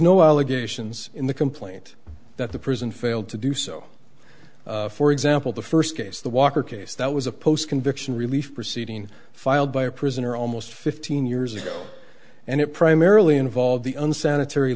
no allegations in the complaint that the prison failed to do so for example the first case the walker case that was a post conviction relief proceeding filed by a prisoner almost fifteen years ago and it primarily involve the unsanitary